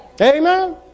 Amen